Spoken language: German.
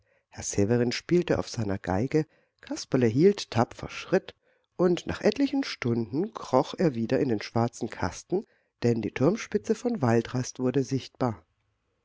herr severin spielte auf seiner geige kasperle hielt tapfer schritt und nach etlichen stunden kroch er wieder in den schwarzen kasten denn die turmspitze von waldrast wurde sichtbar